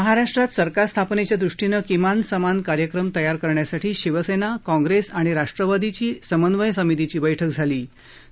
महाराष्ट्रात सरकार स्थापनेच्या दृष्टीनं किमान समान कार्यक्रम तयार करण्यासाठी शिवसेना काँग्रेस आणि राष्ट्रवादी काँग्रेसच्या समन्वय समितीची बैठक सुरु आहे